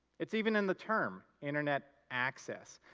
it's even in the term internet access.